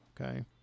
okay